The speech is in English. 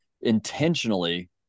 intentionally